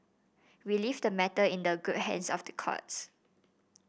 we leave the matter in the good hands of the courts